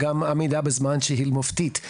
גם עמידה בזמן שהיא מופתית.